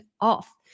off